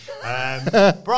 Brian